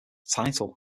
title